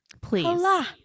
please